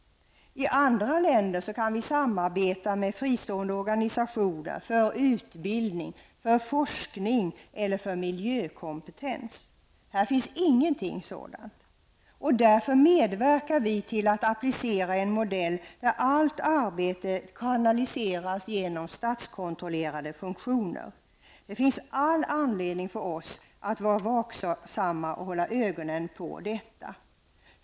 I andra länder kan vi samarbeta med fristående organisationer när det gäller utbildning, forskning eller miljökompetens. Men här är det inte fråga om någonting sådant. Därför medverkar vi till att en modell appliceras som innebär att allt arbete kanaliseras genom statskontrollerade funktioner. Det finns all anledning för oss att vara vaksamma och att hålla ögonen på denna företeelse.